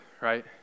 right